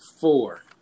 four